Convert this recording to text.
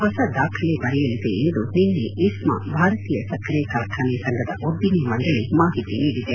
ಹೊಸ ದಾಖಲೆ ಬರೆಯಲಿದೆ ಎಂದು ನಿನ್ನೆ ಇಸ್ನಾ ಭಾರತೀಯ ಸಕ್ಕರೆ ಕಾರ್ಖಾನೆ ಸಂಘದ ಉದ್ದಿಮೆ ಮಂಡಳಿ ಮಾಹಿತಿ ನೀಡಿದೆ